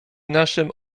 naszym